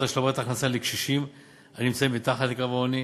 השלמת הכנסה לקשישים הנמצאים מתחת לקו העוני,